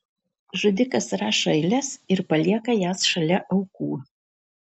žudikas rašo eiles ir palieka jas šalia aukų